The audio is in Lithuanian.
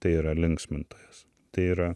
tai yra linksmintojas tai yra